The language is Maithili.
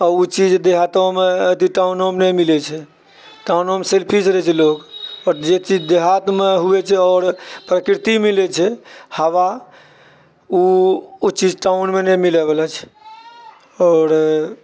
आ ओ चीज देहोतोमे टाउनमे नहि मिलैत छै टाउनमे सेल्फिश रहैत छै लोक आओर जे चीज देहातमे होइत छै आओर प्रकृतिमे मिलैत छै हवा ओ ओ चीज टाउनमे नहि मिलयबला छै आओर